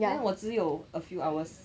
then 我只有 a few hours